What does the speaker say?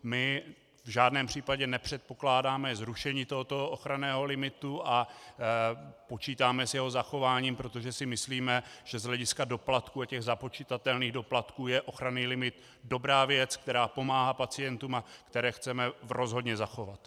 My v žádném případě nepředpokládáme zrušení ochranného limitu a počítáme s jeho zachováním, protože si myslíme, že z hlediska doplatku a těch započitatelných doplatků je ochranný limit dobrá věc, která pomáhá pacientům a kterou chceme rozhodně zachovat.